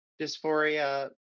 dysphoria